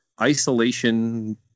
isolation